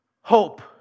hope